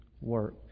work